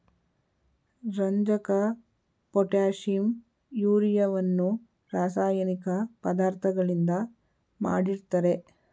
ರಂಜಕ, ಪೊಟ್ಯಾಷಿಂ, ಯೂರಿಯವನ್ನು ರಾಸಾಯನಿಕ ಪದಾರ್ಥಗಳಿಂದ ಮಾಡಿರ್ತರೆ